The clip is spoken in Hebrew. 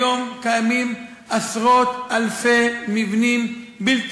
היום קיימים עשרות-אלפי מבנים בלתי